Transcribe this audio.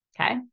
Okay